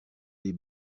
les